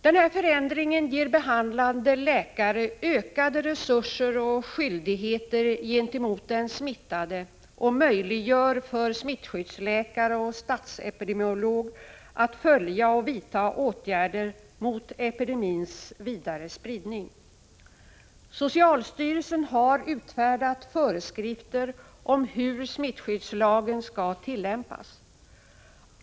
Den förändringen ger behandlande läkare ökade resurser och skyldigheter gentemot den smittade och möjliggör för smittskyddsläkare och stadsepidemiolog att följa och vidta åtgärder mot epidemins vidare spridning. Socialstyrelsen har utfärdat föreskrifter om hur smittskyddslagen skall tillämpas.